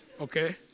Okay